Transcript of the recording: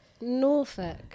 norfolk